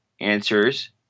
answers